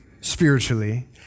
spiritually